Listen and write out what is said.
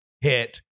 hit